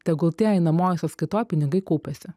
tegul tie einamojoj sąskaitoj pinigai kaupiasi